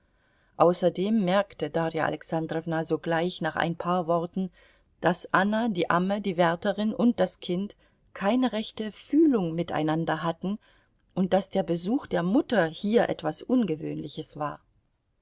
außerdem merkte darja alexandrowna sogleich nach ein paar worten daß anna die amme die wärterin und das kind keine rechte fühlung miteinander hatten und daß der besuch der mutter hier etwas ungewöhnliches war